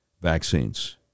vaccines